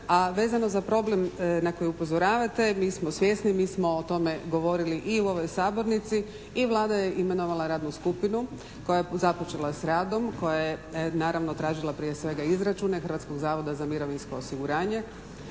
a vezano za problem na koji upozoravate. Mi smo svjesni. Mi smo o tome govorili i u ovoj sabornici i Vlada je imenovala radnu skupinu koja je započela s radom, koja je naravno tražila prije svega izračune Hrvatskog zavoda za mirovinsko osiguranje.